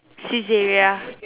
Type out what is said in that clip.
Saizeriya